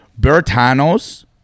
Bertanos